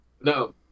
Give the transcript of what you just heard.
No